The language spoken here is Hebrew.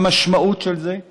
המשמעות של זה היא